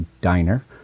Diner